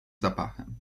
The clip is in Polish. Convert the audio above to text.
zapachem